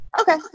Okay